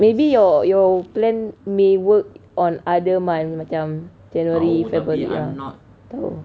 maybe your your plan may work on other month macam january february ya tahu